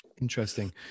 Interesting